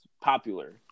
popular